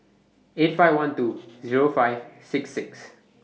eight five one two Zero five six six